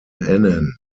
annan